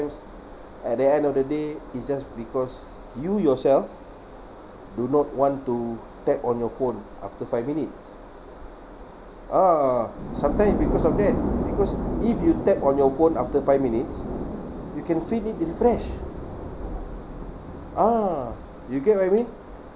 at the end of the day it's just because you yourself do not want to tap on your phone after five minutes a'ah sometime is because of that because if you tap on your phone after five minutes you can fit it in fresh a'ah you get what I mean